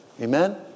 Amen